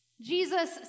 Jesus